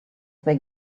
they